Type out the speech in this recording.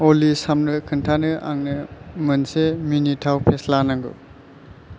अलि सामनो खोन्थानो आंनो मोनसे मिनिथाव फेस्ला नांगौ